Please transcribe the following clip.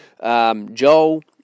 Joel